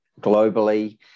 globally